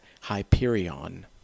hyperion